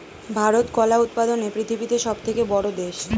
ভারত কলা উৎপাদনে পৃথিবীতে সবথেকে বড়ো দেশ